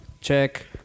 Check